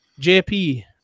jp